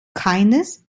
keines